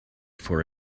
for